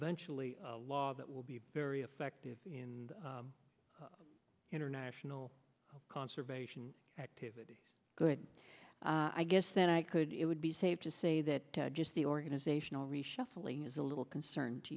eventually a law that will be very effective in international conservation activity good i guess then i could it would be safe to say that just the organizational reshuffling is a little concern to